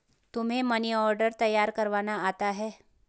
तुम्हें money order तैयार करवाना आता है?